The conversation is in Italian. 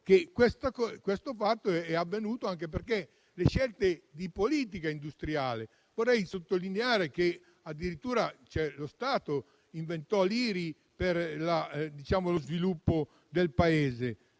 questo fatto è avvenuto anche per le scelte di politica industriale. Vorrei sottolineare che lo Stato inventò l'IRI per lo sviluppo del Paese.